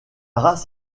race